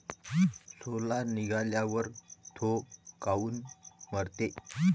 सोला निघाल्यावर थो काऊन मरते?